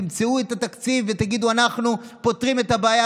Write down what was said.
תמצאו את התקציב ותגידו: אנחנו פותרים את הבעיה,